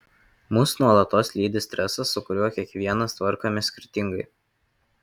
mus nuolatos lydi stresas su kuriuo kiekvienas tvarkomės skirtingai